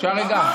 אפשר רגע?